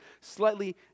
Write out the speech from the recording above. slightly